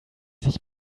sich